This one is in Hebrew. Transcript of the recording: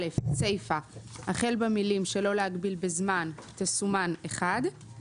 15(ב) - (א) הסיפה החל במילים "שלא להגביל בזמן" תסומן "(1)";